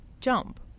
Jump